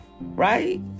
right